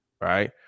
right